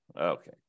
okay